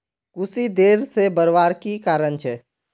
कुशी देर से बढ़वार की कारण छे?